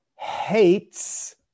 hates